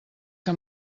que